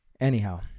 Anyhow